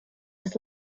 was